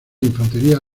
infantería